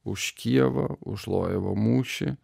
už kijevą už lojevo mūšį